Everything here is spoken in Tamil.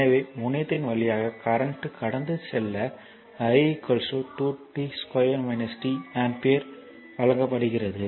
எனவே முனையத்தின் வழியாக கரண்ட் கடந்து செல்ல i 2 t2 t ஆம்பியர் வழங்கப்படுகிறது